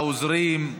העוזרים,